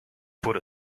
put